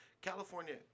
California